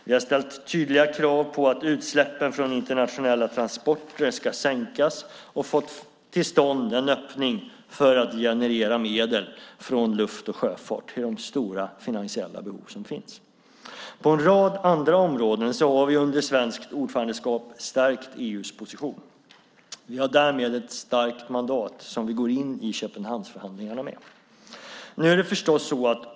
Vi har ställt tydliga krav på att utsläppen från internationella transporter ska sänkas och fått till stånd en öppning för att generera medel från luft och sjöfart till de stora finansiella behov som finns. På en rad andra områden har vi under svenskt ordförandeskap stärkt EU:s position. Vi har därmed ett starkt mandat som vi går in i Köpenhamnsförhandlingarna med.